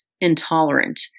intolerant